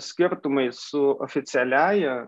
skirtumai su oficialiąja